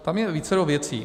Tam je vícero věcí.